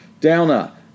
Downer